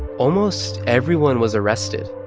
almost everyone was arrested